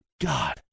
God